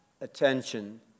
attention